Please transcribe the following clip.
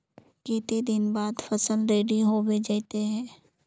केते दिन बाद फसल रेडी होबे जयते है?